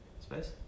Space